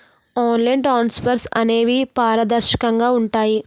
online transfers అనేవి పారదర్శకంగా ఉంటాయి